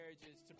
marriages